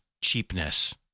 cheapness